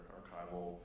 archival